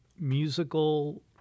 musical